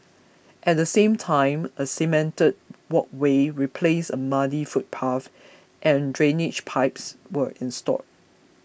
at the same time a cemented walkway replaced a muddy footpath and drainage pipes were installed